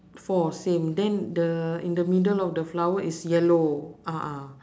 four same then the in the middle of the flower is yellow a'ah